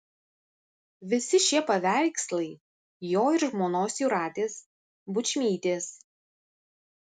visi šie paveikslai jo ir žmonos jūratės bučmytės